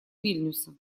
вильнюса